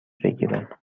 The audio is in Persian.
بگیرم